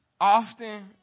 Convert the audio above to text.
often